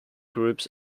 groups